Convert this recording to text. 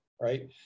right